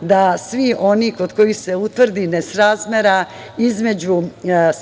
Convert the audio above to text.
da svi oni kod kojih se utvrdi nesrazmera između